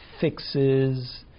fixes